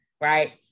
Right